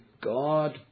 God